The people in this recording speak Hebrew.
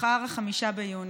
ומחר 5 ביוני,